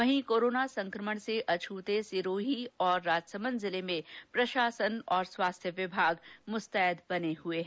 वहीं कोरोना संकमण से अछ्ते सिरोही और राजसमंद जिले में प्रशासन और स्वास्थ्य विभाग मुस्तैद बने हुए हैं